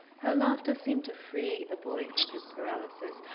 her laughter seemed to free the boy from his paralysis.